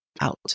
out